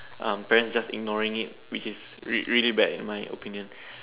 um parents just ignoring it which is rea~ really bad in my opinion